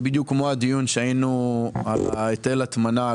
זה בדיוק כמו הדיון שהיינו על היטל הטמנה,